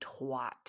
twat